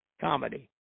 Comedy